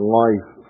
life